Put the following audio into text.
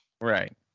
Right